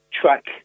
track